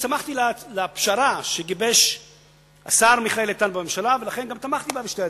שמחתי לפשרה שגיבש השר מיכאל איתן בממשלה ולכן גם תמכתי בה בשתי ידיים.